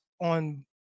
on